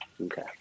okay